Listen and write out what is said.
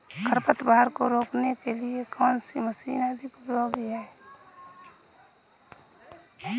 खरपतवार को रोकने के लिए कौन सी मशीन अधिक उपयोगी है?